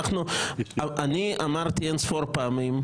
אני אמרתי אין ספור פעמים,